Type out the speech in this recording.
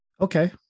Okay